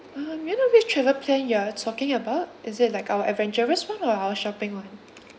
uh may I know which travel plan you are talking about is it like our adventurous [one] or our shopping [one]